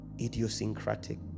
idiosyncratic